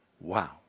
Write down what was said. Wow